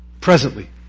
presently